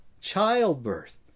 Childbirth